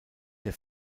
der